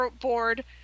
board